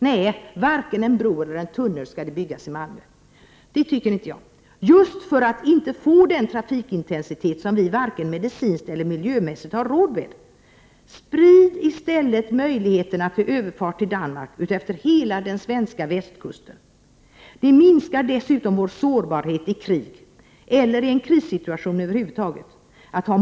Nej, varken en bro eller en tunnel skall byggas i Malmö, just för att vi inte skall få den trafikintensitet som vi varken medicinskt eller miljömässigt har råd med. Sprid i stället möjligheterna till överfart till Danmark utefter hela den svenska västkusten! Att ha många fartygsförbindelser utefter kusten minskar dessutom vår sårbarhet i krig eller i en krissituation över huvud taget.